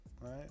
right